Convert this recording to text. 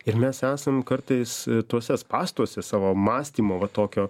ir mes esam kartais tuose spąstuose savo mąstymo va tokio